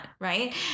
right